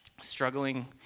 struggling